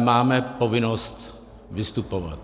máme povinnost vystupovat.